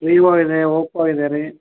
Vivo ಇದೆ Oppo ಇದೆ ರೀ